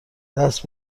دست